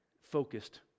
focused